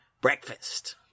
breakfast